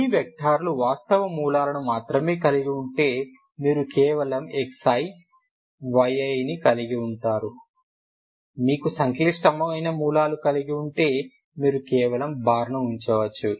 మీ వెక్టర్లు వాస్తవ మూలాలను మాత్రమే కలిగి ఉంటే మీరు కేవలం xiyiని కలిగి ఉంటారు మీకు సంక్లిష్టమైన మూలాలను కలిగి ఉంటే మీరు కేవలం బార్ను ఉంచవచ్చు